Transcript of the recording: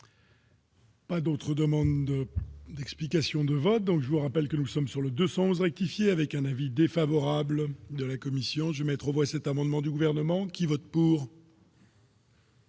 Pas d'autres demandes d'explications de vote, donc je vous rappelle que nous sommes sur le 211 rectifier avec un avis défavorable de la commission du métro et cet amendement du gouvernement qui vote pour.